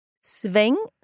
Swing